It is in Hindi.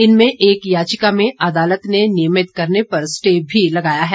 इनमें एक याचिका में अदालत ने नियमित करने पर स्टे भी लगाया है